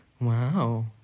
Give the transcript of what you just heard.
Wow